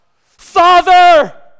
Father